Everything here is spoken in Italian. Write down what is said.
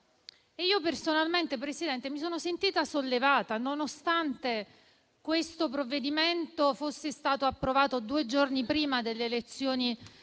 Personalmente, Presidente, mi sono sentita sollevata nonostante questo provvedimento fosse stato approvato due giorni prima delle elezioni